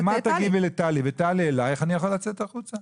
אם את תגיבי לטלי וטלי אליך, אני יכול לצאת החוצה.